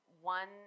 one